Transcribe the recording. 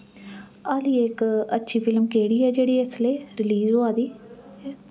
आली इक अच्छी फिल्म केह्ड़ी ऐ जेह्ड़ी इसलै रिलीज होआ दी ऐ